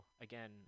again